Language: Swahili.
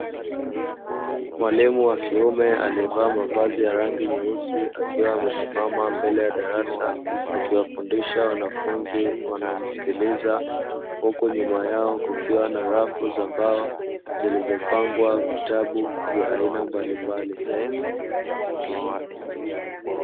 Mwalimu wa kiume aliyevaa mavazi ya rangi nyeusi akiwa amesimama mbele ya darasa, akiwafundisha wanafunzi wanaomsikiliza; huku nyuma yao kukiwa na rafu za mbao zilizopangwa vitabu vya aina mbalimbali.